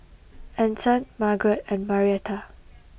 Anson Margeret and Marietta